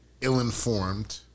ill-informed